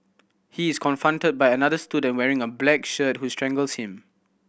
he is confronted by another student wearing a black shirt who strangles him